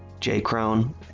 jcrone